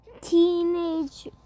teenage